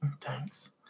thanks